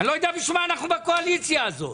לא יודע למה אנו בקואליציה הזו.